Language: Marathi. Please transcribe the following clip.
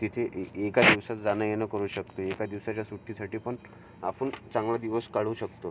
तिथे ए एका दिवसात जाणं येणं करू शकते एका दिवसाच्या सुट्टीसाठी पण आपण चांगला दिवस काढू शकतो